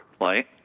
Light